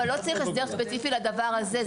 אבל לא צריך הסדר ספציפי לדבר הזה.